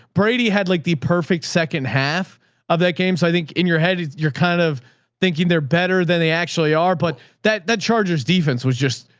brady had like the perfect second half of that game. so i think in your head, you're kind of thinking they're better than they actually are, but that that charger's defense was just,